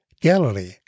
Galilee